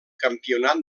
campionat